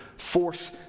force